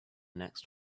next